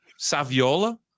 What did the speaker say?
Saviola